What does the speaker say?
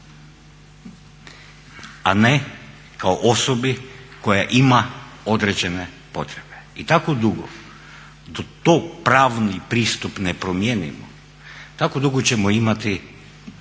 A ne kao osobi koja ima određene potrebe. I tako dugo dok pravni pristup ne promijenimo, tako dugo ćemo imati ovu